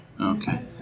Okay